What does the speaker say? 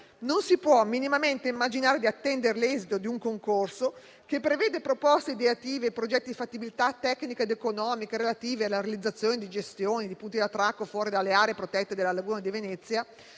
Non si può minimamente immaginare di attendere l'esito di un concorso, che prevede proposte ideative e progetti di fattibilità tecnica ed economica relativi alla realizzazione e gestione di punti di attracco fuori dalle aree protette della laguna di Venezia,